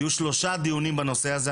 יהיו שלושה דיונים בנושא הזה.